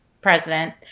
president